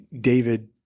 David